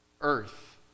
earth